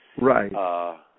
right